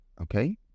Okay